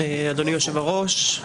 אדוני יושב-הראש,